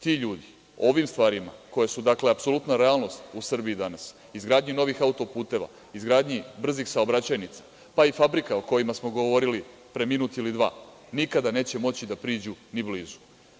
Ti ljudi ovim stvarima, koji su, dakle, apsolutna realnost u Srbiji danas, izgradnji novih auto-puteva, izgradnji brzih saobraćajnica, pa i fabrika, o kojima smo govorili pre minut ili dva, nikada neće moći da priđu ni blizu.